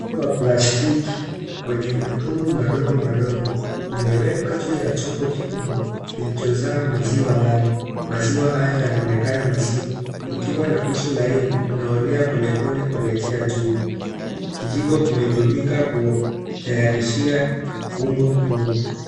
Ungo wa plastiki wenye matundu madogo madogo, imewekwa juu ya chombo kubwa kilicho jaa maziwa lala, maziwa hayo yanaonekana mazito ikiwa na uso laini unaoelea pole pole kuelekea juu. Kijiko metumika kutayarishia ungo huo.